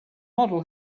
model